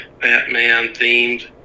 Batman-themed